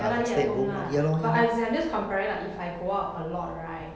ya lah if I stay at home lah but as in I'm just comparing lah if I go out a lot right